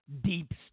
deep